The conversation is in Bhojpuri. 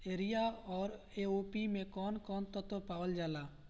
यरिया औरी ए.ओ.पी मै कौवन कौवन तत्व पावल जाला?